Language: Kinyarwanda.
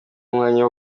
umwanya